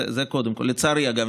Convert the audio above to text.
קודם כול, לצערי, אגב.